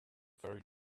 very